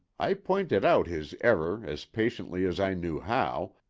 i pointed out his error as patiently as i knew how,